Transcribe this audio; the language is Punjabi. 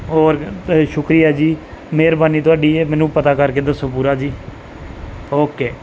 ਹੋਰ ਸ਼ੁਕਰੀਆ ਜੀ ਮਿਹਰਬਾਨੀ ਤੁਹਾਡੀ ਇਹ ਮੈਨੂੰ ਪਤਾ ਕਰਕੇ ਦੱਸੋ ਪੂਰਾ ਜੀ ਓਕੇ